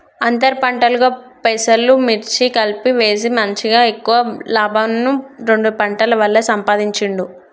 అంతర్ పంటలుగా పెసలు, మిర్చి కలిపి వేసి మంచిగ ఎక్కువ లాభంను రెండు పంటల వల్ల సంపాధించిండు